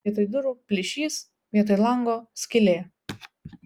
vietoj durų plyšys vietoj lango skylė